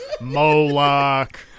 Moloch